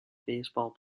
baseball